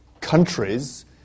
countries